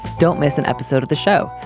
don't miss an episode of the show.